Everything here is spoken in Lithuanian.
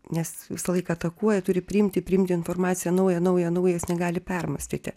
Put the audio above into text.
nes visą laiką atakuoja turi priimti priimti informaciją naują naują naują jis negali permąstyti